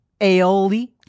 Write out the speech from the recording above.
aioli